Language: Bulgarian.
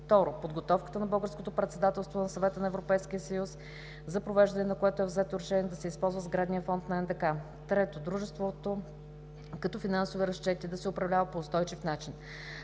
2. Подготовката на българското председателство на Съвета на Европейския съюз, за провеждането на което е взето решение да се използва сградния фонд на НДК. 3. Дружеството като финансови разчети да се управлява по устойчив начин.